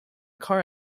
car